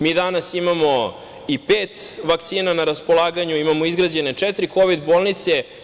Mi danas imamo i pet vakcina na raspolaganju, imamo izgrađene četiri kovid-bolnice.